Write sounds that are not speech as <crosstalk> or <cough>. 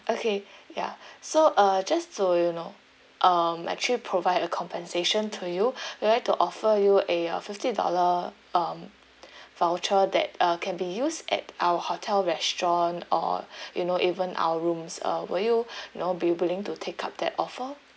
okay ya so uh just to you know um actually provide a compensation to you <breath> we would like to offer you a fifty dollar um voucher that uh can be used at our hotel restaurant or <breath> you know even our rooms uh will you know be willing to take up that offer